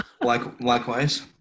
Likewise